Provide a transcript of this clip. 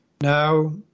now